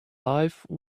life